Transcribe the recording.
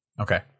okay